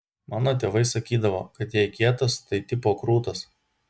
mano tėvai sakydavo kad jei kietas tai tipo krūtas